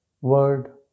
word